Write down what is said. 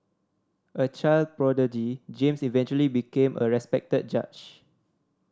a child prodigy James eventually became a respected judge